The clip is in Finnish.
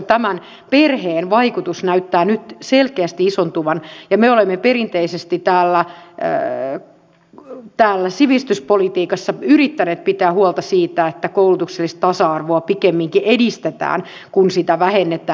tämä perheen vaikutus näyttää nyt selkeästi isontuvan vaikka me olemme perinteisesti täällä sivistyspolitiikassa yrittäneet pitää huolta siitä että koulutuksellista tasa arvoa pikemminkin edistetään kuin vähennetään